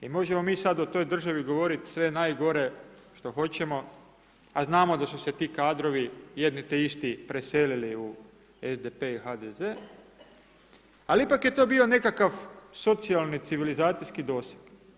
I možemo mi sada o toj državi govoriti sve najgore što hoćemo, a znamo da su se ti kadrovi, jedni te isti, preselili u SDP i HDZ, ali ipak je to bio nekakav socijalni civilizacijski doseg.